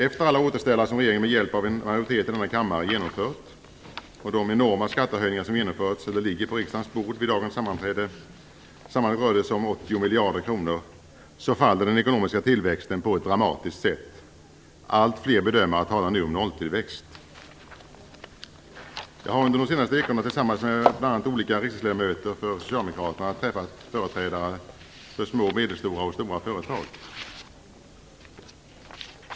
Efter alla återställare som regeringen med hjälp av en majoritet i denna kammare genomfört och efter de enorma skattehöjningar som genomförts eller ligger på riksdagens bord vid dagens sammanträde - sammanlagt rör det sig om 80 miljarder kronor - faller den ekonomiska tillväxten på ett dramatiskt sätt. Alltfler bedömare talar nu om nolltillväxt. Jag har under de senaste veckorna tillsammans med bl.a. olika riksdagsledamöter för socialdemokraterna träffat företrädare för små, medelstora och stora företag.